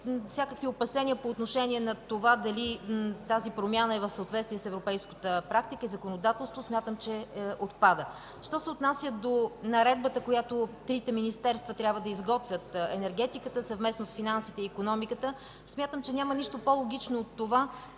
всякакви опасения по отношение на това дали тази промяна е в съответствие с европейската практика и законодателство, отпадат. Що се отнася до наредбата, която трябва да изготвят трите министерства – на енергетиката, съвместно с това на финансите и икономиката, смятам, че няма нищо по-логично от това,